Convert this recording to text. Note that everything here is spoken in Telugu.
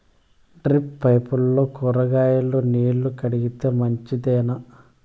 డ్రిప్ పైపుల్లో కూరగాయలు నీళ్లు కడితే మంచిదేనా?